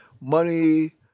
money